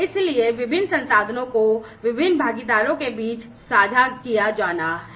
इसलिए विभिन्न संसाधनों को विभिन्न भागीदारों के बीच साझा किया जाना है